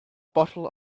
bottle